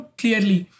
clearly